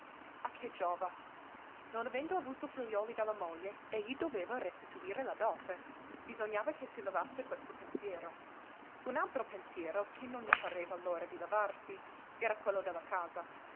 a che giova non avendo avuto figliuoli dalla moglie egli doveva restituire la dote bisognava che si levasse questo pensiero un altro pensiero che non gli pareva l'ora di levarsi era quello della casa